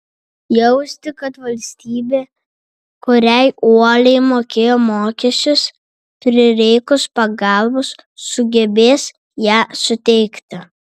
jausti kad valstybė kuriai uoliai mokėjo mokesčius prireikus pagalbos sugebės ją suteikti